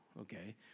okay